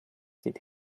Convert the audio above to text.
did